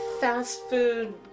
fast-food